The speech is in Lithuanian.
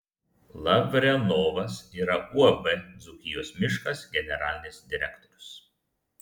lavrenovas yra uab dzūkijos miškas generalinis direktorius